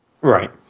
Right